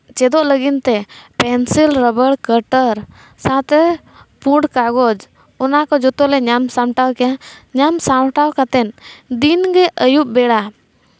ᱪᱮᱫᱚᱜ ᱞᱟᱹᱜᱤᱫ ᱛᱮ ᱯᱮᱱᱥᱤᱞ ᱨᱟᱵᱟᱨ ᱠᱟᱴᱟᱨ ᱥᱟᱶᱛᱮ ᱯᱩᱸᱰ ᱠᱟᱜᱚᱡᱽ ᱚᱱᱟᱠᱚ ᱡᱚᱛᱚ ᱞᱮ ᱧᱟᱢ ᱥᱟᱢᱴᱟᱣ ᱠᱮᱜᱼᱟ ᱧᱟᱢ ᱥᱟᱢᱴᱟᱣ ᱠᱟᱛᱮ ᱫᱤᱱ ᱜᱮ ᱟᱹᱭᱩᱵ ᱵᱮᱲᱟ